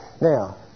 now